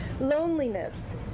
Loneliness